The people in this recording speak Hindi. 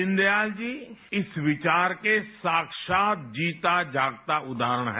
दीनदयाल जी इस विचार के साक्षात जीता जागता उदाहरण हैं